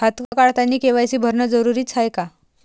खातं काढतानी के.वाय.सी भरनं जरुरीच हाय का?